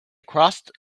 crossed